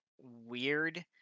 weird